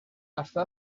hasta